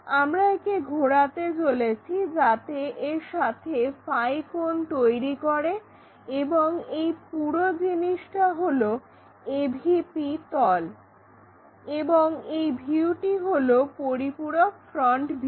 আমরা একে ঘোরাতে চলেছি যাতে এটি এর সাথে কোন তৈরি করে এবং এই পুরো জিনিসটা হলো AVP তল এবং এই ভিউটি হলো পরিপূরক ফ্রন্ট ভিউ